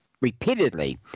repeatedly